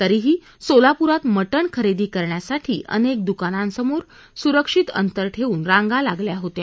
तरीही सोलापुरात मटण खरेदी करण्यासाठी अनेक दुकानांसमोर सुरक्षित अंतर ठेवून रांगा लागल्या होत्या